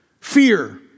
fear